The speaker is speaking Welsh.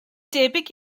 debyg